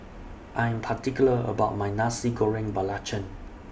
I'm particular about My Nasi Goreng Belacan